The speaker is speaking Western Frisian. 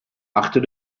achter